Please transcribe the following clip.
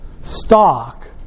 stock